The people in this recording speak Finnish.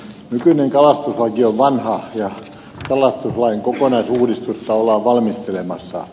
nykyinen kalastuslaki on vanha ja kalastuslain kokonaisuudistusta ollaan valmistelemassa